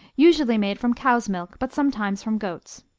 usually made from cow's milk, but sometimes from goat's.